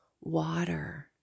water